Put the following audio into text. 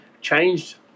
changed